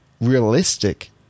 realistic